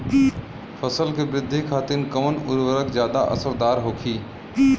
फसल के वृद्धि खातिन कवन उर्वरक ज्यादा असरदार होखि?